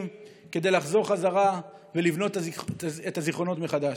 כדי לחזור חזרה ולבנות את הזיכרונות מחדש.